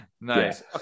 nice